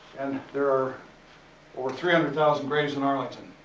and there are over three hundred thousand graves in arlington.